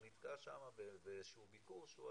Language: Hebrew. הוא נתקע שם באיזה שהוא ביקור שהוא היה,